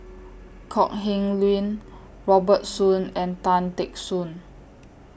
Kok Heng Leun Robert Soon and Tan Teck Soon